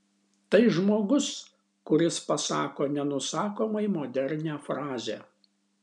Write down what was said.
tai žmogus kuris pasako nenusakomai modernią frazę